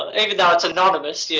ah even though it's anonymous, yeah.